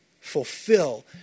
fulfill